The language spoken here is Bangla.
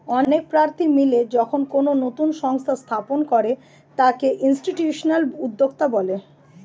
অনেক প্রার্থী মিলে যখন কোনো নতুন সংস্থা স্থাপন করে তাকে ইনস্টিটিউশনাল উদ্যোক্তা বলে